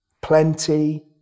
Plenty